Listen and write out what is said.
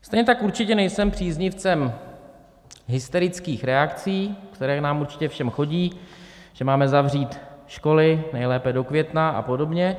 Stejně tak určitě nejsem příznivcem hysterických reakcí, které nám určitě všem chodí, že máme zavřít školy, nejlépe do května a podobně.